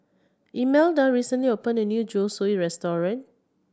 Imelda recently opened a new Zosui Restaurant